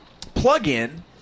plug-in